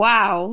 Wow